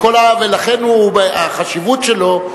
ולכן החשיבות שלו,